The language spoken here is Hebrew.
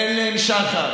אין להם שחר.